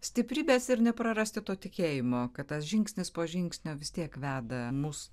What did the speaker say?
stiprybės ir neprarasti to tikėjimo kad tas žingsnis po žingsnio vis tiek veda mus